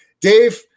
Dave